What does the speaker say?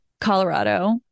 Colorado